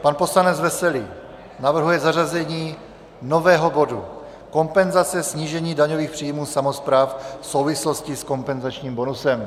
Pan poslanec Veselý navrhuje zařazení nového bodu Kompenzace snížení daňových příjmů samospráv v souvislosti s kompenzačním bonusem.